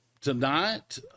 Tonight